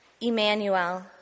Emmanuel